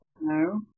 No